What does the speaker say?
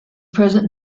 present